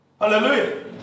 Hallelujah